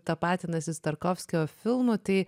tapatinasi su tarkovskio filmu tai